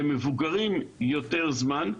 למבוגרים זה לוקח יותר זמן,